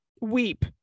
weep